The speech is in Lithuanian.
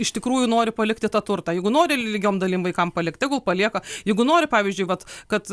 iš tikrųjų nori palikti tą turtą jeigu nori lygiom dalim vaikam palikt tegul palieka jeigu nori pavyzdžiui vat kad